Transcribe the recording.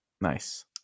nice